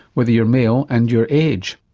whether you're male and your age.